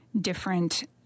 different